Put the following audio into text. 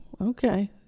okay